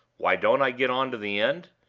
why don't i get on to the end?